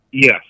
Yes